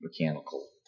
mechanical